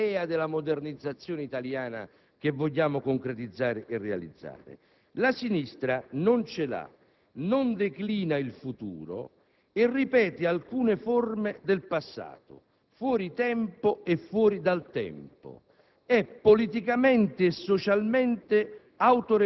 qual è l'idea dell'Italia che si ha e qual è l'idea della modernizzazione italiana che si vuole concretizzare e realizzare. La sinistra un'idea non ce l'ha, non declina il futuro e ripete alcune forme del passato, fuori tempo e fuori dal tempo;